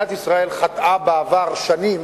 מדינת ישראל חטאה בעבר שנים